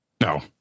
No